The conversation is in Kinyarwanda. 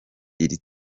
iri